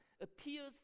appears